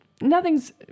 Nothing's